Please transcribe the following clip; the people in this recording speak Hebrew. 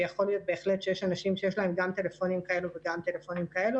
ויכול להיות בהחלט אנשים שיש להם גם טלפונים כאלה וגם טלפונים כאלה,